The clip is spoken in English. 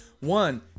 One